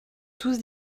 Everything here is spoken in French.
tous